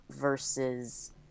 versus